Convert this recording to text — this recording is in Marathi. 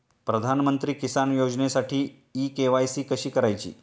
प्रधानमंत्री किसान योजनेसाठी इ के.वाय.सी कशी करायची?